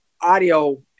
audio